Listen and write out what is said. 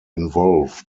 involved